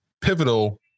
pivotal